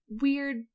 weird